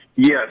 Yes